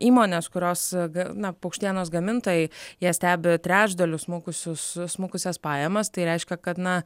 įmonės kurios ga na paukštienos gamintojai jie stebi trečdaliu smukusius smukusias pajamas tai reiškia kad na